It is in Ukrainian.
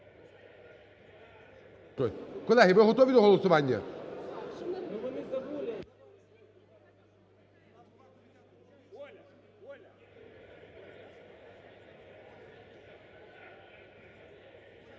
Колеги, ви готові до голосування?